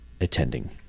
attending